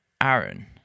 Aaron